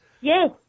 Yes